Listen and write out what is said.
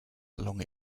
along